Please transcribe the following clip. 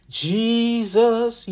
jesus